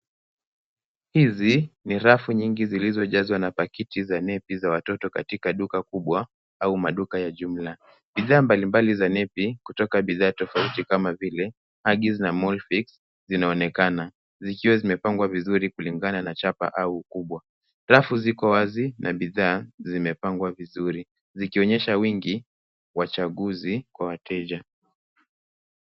Hizi ni rafu nyingi zilizojazwa na pakiti za nepi za watoto katika duka kubwa au maduka ya jumla. Bidhaa mbalimbali za nepi kutoka bidhaa tofauti kama vile, Huggies na Molfix zinaonekana, zikiwa zimepangwa vizuri kulingana na chapa au ukubwa. Rafu ziko wazi, na bidhaa zimepangwa vizuri, zikionyesha wingi wa chaguzi kwa wateja.